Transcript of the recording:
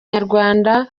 nyarwanda